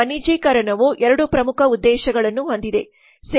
ವಾಣಿಜ್ಯೀಕರಣವು 2 ಪ್ರಮುಖ ಉದ್ದೇಶಗಳನ್ನು ಹೊಂದಿದೆ